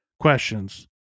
Questions